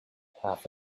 half